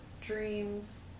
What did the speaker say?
dreams